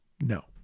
No